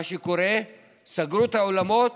מה שקורה הוא שסגרו את האולמות,